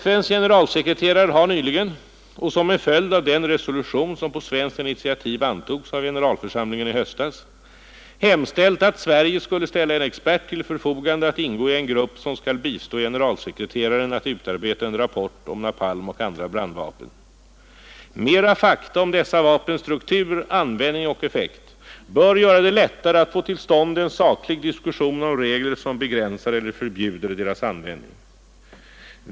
FN:s generalsekreterare har nyligen — och som en följd av den resolution som på svenskt initiativ antogs av generalförsamlingen i höstas — hemställt att Sverige skulle ställa en expert till förfogande att ingå i en grupp som skall bistå generalsekreteraren att utarbeta en rapport om napalmoch andra brandvapen. Mera fakta om dessa vapens struktur, användning och effekt bör göra det lättare att få till stånd en saklig diskussion om regler som begränsar eller förbjuder deras användning.